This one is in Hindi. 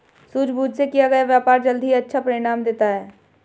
सूझबूझ से किया गया व्यापार जल्द ही अच्छा परिणाम देता है